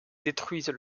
détruisent